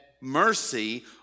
mercy